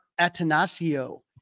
Atanasio